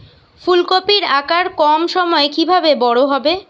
ফুলকপির আকার কম সময়ে কিভাবে বড় হবে?